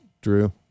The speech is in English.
Drew